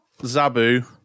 Zabu